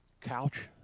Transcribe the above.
couch